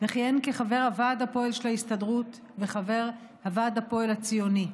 וכיהן כחבר הוועד הפועל של ההסתדרות וחבר הוועד הפועל הציוני.